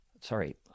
sorry